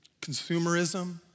consumerism